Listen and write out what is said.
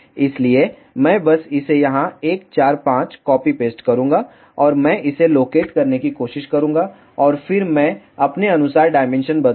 इसलिए मैं बस इसे यहाँ 1 4 5 कॉपी पेस्ट करूँगा और मैं इसे लोकेट करने की कोशिश करूँगा और फिर मैं अपने अनुसार डायमेंशन बदलूँगा